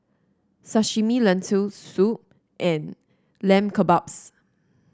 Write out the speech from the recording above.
Sashimi Lentil Soup and Lamb Kebabs